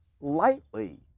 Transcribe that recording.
lightly